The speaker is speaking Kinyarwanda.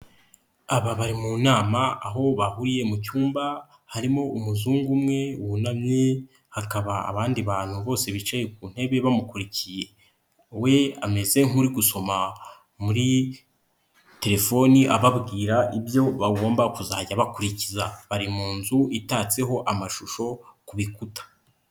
Aba bari mu nama aho bahuriye mu cyumba harimo umuzungu umwe wunamye, hakaba abandi bantu bose bicaye ku ntebe bamukurikiye, we ameze nk'uri gusoma muri Telefoni ababwira ibyo bagomba kuzajya bakurikiza. Bari mu nzu itatseho amashusho ku bikuta.